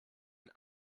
den